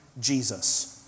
Jesus